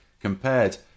compared